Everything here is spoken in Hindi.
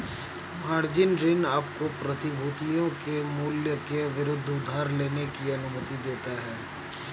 मार्जिन ऋण आपको प्रतिभूतियों के मूल्य के विरुद्ध उधार लेने की अनुमति देता है